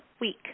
week